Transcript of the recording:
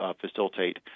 facilitate